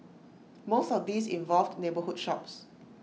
most of these involved neighbourhood shops